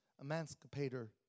emancipator